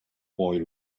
boy